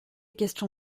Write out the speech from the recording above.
question